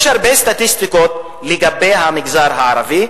יש הרבה סטטיסטיקות לגבי המגזר הערבי,